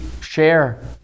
share